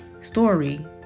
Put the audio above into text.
story